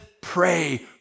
pray